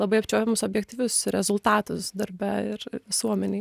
labai apčiuopiamus objektyvius rezultatus darbe ir visuomenėj